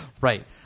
Right